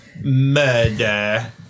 Murder